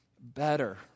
better